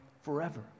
forever